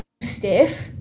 stiff